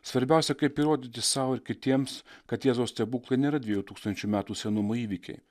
svarbiausia kaip įrodyti sau ir kitiems kad jėzaus stebuklai nėra dviejų tūkstančių metų senumo įvykiai